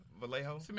Vallejo